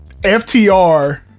FTR